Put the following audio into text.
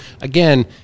Again